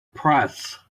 press